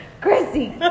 Chrissy